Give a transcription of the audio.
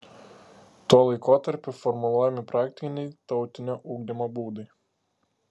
tuo laikotarpiu formuluojami praktiniai tautinio ugdymo būdai